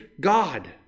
God